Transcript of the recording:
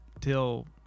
till